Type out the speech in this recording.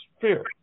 fear